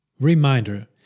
Reminder